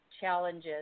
challenges